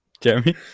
Jeremy